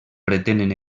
pretenen